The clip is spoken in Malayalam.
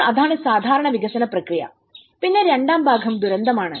അപ്പോൾ അതാണ് സാധാരണ വികസന പ്രക്രിയ പിന്നെ രണ്ടാം ഭാഗം ദുരന്തമാണ്